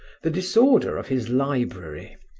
the disorder of his library,